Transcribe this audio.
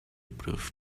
proof